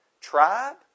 tribe